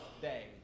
day